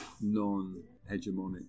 non-hegemonic